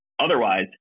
Otherwise